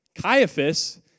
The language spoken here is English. Caiaphas